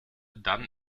dann